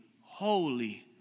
holy